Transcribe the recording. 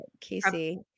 Casey